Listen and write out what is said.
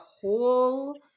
whole